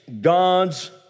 God's